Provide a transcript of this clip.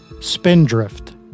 Spindrift